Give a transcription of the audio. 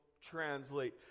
translate